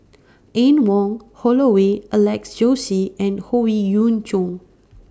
Anne Wong Holloway Alex Josey and Howe Yoon Chong